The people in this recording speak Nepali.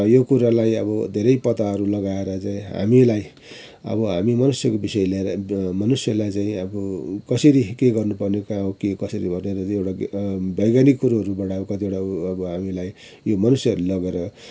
यो कुरालाई अब धेरै पताहरू लगाएर चाहिँ हामीलाई अब हामी मनुष्यको विषय लिएर मनुष्यलाई चाहिँ अब कसरी के गर्नु पर्ने कहाँ हो के हो कसरी भनेर एउटा वैज्ञानिक कुरोहरूबाट कतिवटा ऊ अब हामीलाई यो मनुष्यले लगेर